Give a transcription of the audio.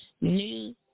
new